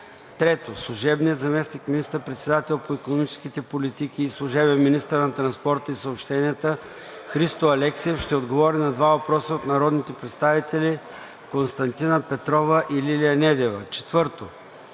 3. Служебният заместник министър-председател по икономическите политики и служебен министър на транспорта и съобщенията Христо Алексиев ще отговори на два въпроса от народните представители Константина Петрова; и Лилия Недева. 4.